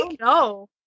no